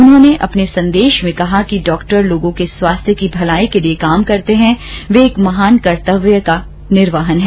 उन्होंने अपने संदेश में कहा कि डॉक्टर लोगों के स्वास्थ्य की भलाई के लिए जो काम करते हैं वे एक महान कर्तव्य का निर्वह है